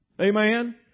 Amen